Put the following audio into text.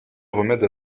remède